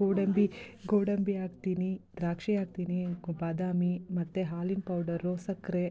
ಗೋಡಂಬಿ ಗೋಡಂಬಿ ಹಾಕ್ತೀನಿ ದ್ರಾಕ್ಷಿ ಹಾಕ್ತೀನಿ ಗೊ ಬಾದಾಮಿ ಮತ್ತು ಹಾಲಿನ ಪೌಡರು ಸಕ್ಕರೆ